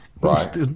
Right